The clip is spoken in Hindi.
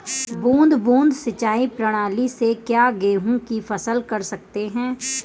बूंद बूंद सिंचाई प्रणाली से क्या गेहूँ की फसल कर सकते हैं?